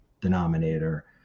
denominator